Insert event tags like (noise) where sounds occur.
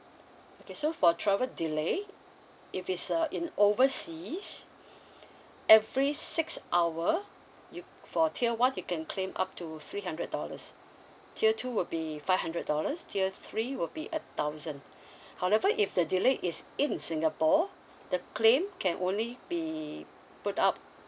okay so for travel delay if it's a in overseas (breath) every six hour you for tier one you can claim up to three hundred dollars tier two would be five hundred dollars tier three will be a thousand (breath) however if the delay is in singapore the claim can only be put up